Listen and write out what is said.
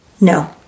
No